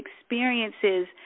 experiences